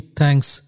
thanks